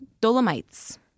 dolomites